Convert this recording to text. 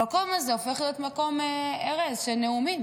המקום הזה, ארז, הופך להיות מקום של נאומים.